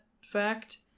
fact